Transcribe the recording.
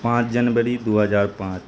پانچ جنوری دو ہزار پانچ